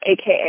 aka